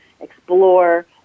explore